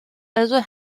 also